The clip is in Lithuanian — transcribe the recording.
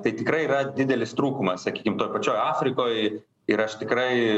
tai tikrai yra didelis trūkumas sakykim toj pačioj afrikoj ir aš tikrai